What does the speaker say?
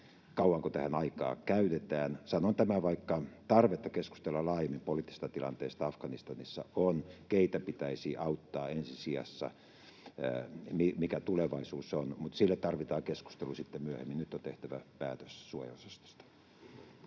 kauanko tähän aikaa käytetään. Sanon tämän, vaikka tarvetta keskustella laajemmin poliittisesti tilanteesta Afganistanissa on — keitä pitäisi auttaa ensi sijassa, mikä tulevaisuus on — mutta sille tarvitaan keskustelu sitten myöhemmin. Nyt on tehtävä päätös suojeluosastosta.